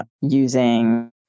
using